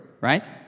right